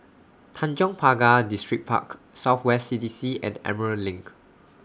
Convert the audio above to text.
Tanjong Pagar Distripark South West C D C and Emerald LINK